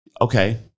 okay